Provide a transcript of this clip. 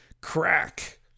crack